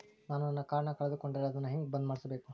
ನಾನು ನನ್ನ ಕಾರ್ಡನ್ನ ಕಳೆದುಕೊಂಡರೆ ಅದನ್ನ ಹೆಂಗ ಬಂದ್ ಮಾಡಿಸಬೇಕು?